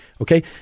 Okay